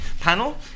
panel